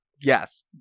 Yes